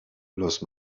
los